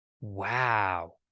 Wow